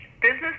business